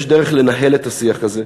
יש דרך לנהל את השיח הזה,